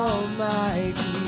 Almighty